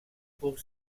pour